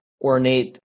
ornate